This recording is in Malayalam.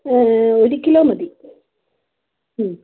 ഒരു കിലോ മതി